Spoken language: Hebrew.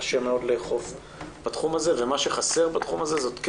קשה מאוד לאכוף את התחום הזה ומה שחסר מאוד בתחום זה כן,